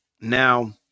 now